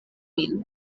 min